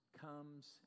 comes